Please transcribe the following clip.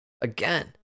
again